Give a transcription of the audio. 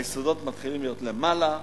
היסודות מתחילים להיות למעלה,